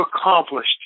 accomplished